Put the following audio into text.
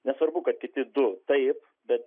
nesvarbu kad kiti du taip bet